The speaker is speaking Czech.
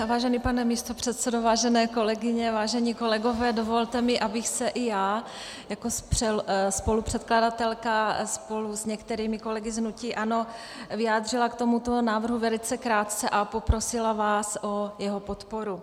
Vážený pane místopředsedo, vážené kolegyně, vážení kolegové, dovolte mi, abych se i já jako spolupředkladatelka spolu s některými kolegy z hnutí ANO vyjádřila k tomuto návrhu velice krátce a poprosila vás o jeho podporu.